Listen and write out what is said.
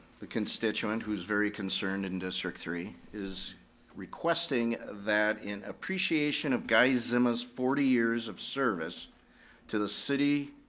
the constituent, who's very concerned in district three, is requesting that in appreciation of guy zima's forty years of service to the city,